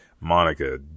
Monica